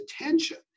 attention